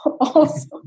Awesome